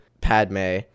padme